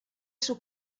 sus